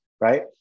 right